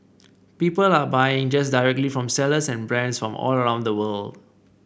people are buying just directly from sellers and brands from all around the world